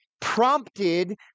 prompted